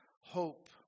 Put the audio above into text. hope